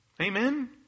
Amen